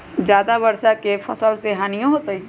ज्यादा वर्षा गेंहू के फसल मे हानियों होतेई?